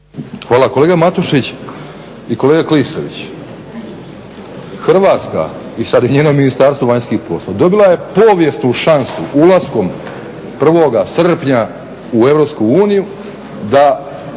Hvala. Kolega Matušić i kolega Klisović, Hrvatska, ustvari njeno Ministarstvo vanjskih poslova dobila je povijesnu šansu ulaskom 1. srpnja u Europsku